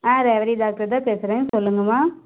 ஆ Revathi doctor தான் பேசுகிறேன் சொல்லுங்கம்மா